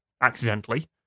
accidentally